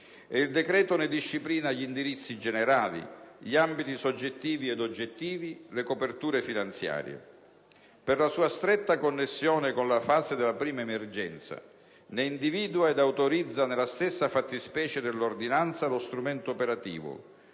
il decreto ne disciplina gli indirizzi generali, gli ambiti soggettivi ed oggettivi, le coperture finanziarie. Per la sua stretta connessione con la fase della prima emergenza, ne individua ed autorizza nella stessa fattispecie dell'ordinanza lo strumento operativo,